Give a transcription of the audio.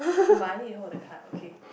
but I need to hold the card okay